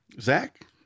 Zach